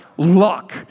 luck